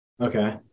okay